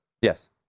Yes